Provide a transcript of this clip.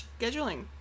scheduling